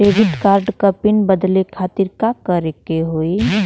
Debit card क PIN बदले खातिर का करेके होई?